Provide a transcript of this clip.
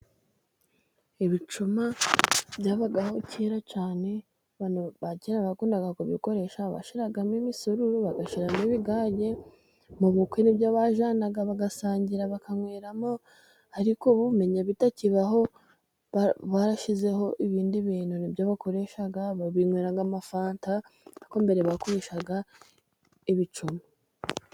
Ibicuma byabagaho kera cyane, abakera bakundaga kubikoresha bashyiragamo imisururu bagashyiramo ibigage, mu bukwe ni byo bajyanaga bagasangira bakanyweramo, ariko ubu umenya bitakibaho bashyizeho ibindi bintu ni byo bakoresha, binwera amafanta ariko mbere bakoreshaga ibicuma.